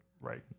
right